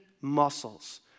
muscles